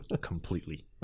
completely